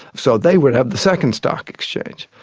so they would have the second stock exchange.